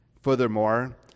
Furthermore